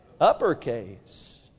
Uppercase